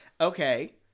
okay